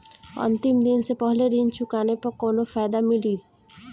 अंतिम दिन से पहले ऋण चुकाने पर कौनो फायदा मिली?